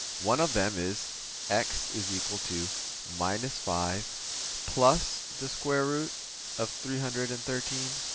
one of them is x is equal to minus five plus the square root of three hundred and thirteen